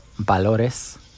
valores